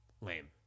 lame